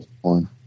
one